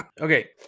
Okay